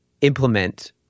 implement